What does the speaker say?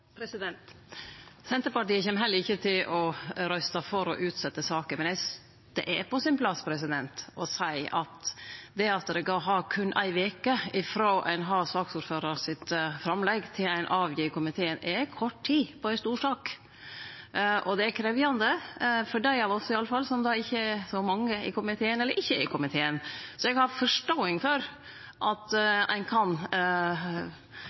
men eg synest det er på sin plass å seie at det at det har gått berre ei veke frå ein har saksordføraren sitt framlegg til komiteen gir innstilling, er kort tid på ei stor sak, og det er krevjande for dei av oss iallfall som ikkje er så mange i komiteen, eller ikkje er i komiteen. Så eg har forståing for at ein kan